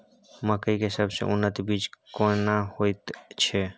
मकई के सबसे उन्नत बीज केना होयत छै?